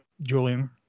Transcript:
julian